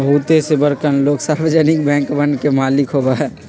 बहुते से बड़कन लोग सार्वजनिक बैंकवन के मालिक होबा हई